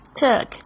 took